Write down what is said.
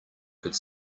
could